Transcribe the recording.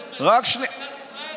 הוא מנהיג בסדר גודל עולמי.